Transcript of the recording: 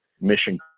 mission